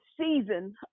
season